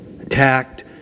Attacked